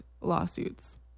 lawsuits